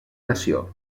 nació